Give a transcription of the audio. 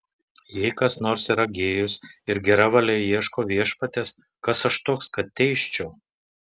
jei kas nors yra gėjus ir gera valia ieško viešpaties kas aš toks kad teisčiau